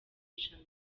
ijana